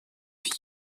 vie